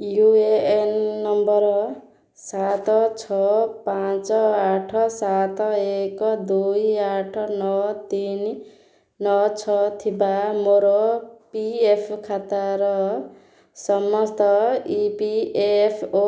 you A L A N number ସାତ ଛଅ ପାଞ୍ଚ ଆଠ ସାତ ଏକ ଦୁଇ ଆଠ ନଅ ତିନି ନଅ ଛଅ ଥିବା ମୋର ପି ଏଫ୍ ଖାତାର ସମସ୍ତ ଇ ପି ଏଫ୍ ଓ